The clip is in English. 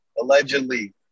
Allegedly